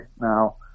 Now